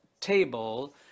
table